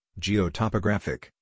geotopographic